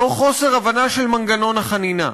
מתוך חוסר הבנה של מנגנון החנינה.